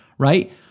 right